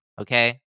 okay